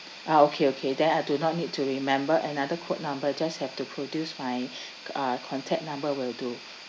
ah okay okay then I do not need to remember another code number just have to produce my uh contact number will do